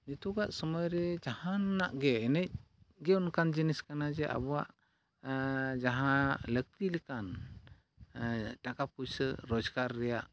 ᱱᱤᱛᱳᱜᱟᱜ ᱥᱚᱢᱚᱭᱨᱮ ᱡᱟᱦᱟᱱᱟᱜ ᱜᱮ ᱮᱱᱮᱡᱼᱜᱮ ᱚᱱᱠᱟᱱ ᱡᱤᱱᱤᱥ ᱠᱟᱱᱟ ᱡᱮ ᱟᱵᱚᱣᱟᱜ ᱡᱟᱦᱟᱸ ᱞᱟᱹᱠᱛᱤ ᱞᱮᱠᱟᱱ ᱴᱟᱠᱟ ᱯᱩᱭᱥᱟᱹ ᱨᱚᱡᱽᱜᱟᱨ ᱨᱮᱭᱟᱜ